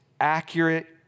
accurate